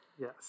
yes